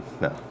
no